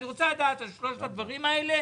אני רוצה לקבל תשובה על שלושת הדברים האלה.